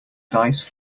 dice